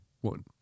one